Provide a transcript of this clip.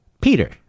Peter